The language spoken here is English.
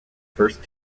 first